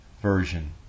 Version